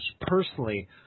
Personally